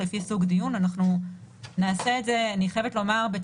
זה אני מבינה,